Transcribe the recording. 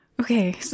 okay